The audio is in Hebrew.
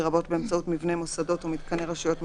לרבות באמצעות מבני מוסדות ומתקני רשויות מקומיות,